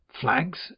Flags